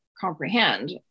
comprehend